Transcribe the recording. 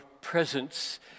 presence